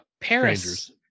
paris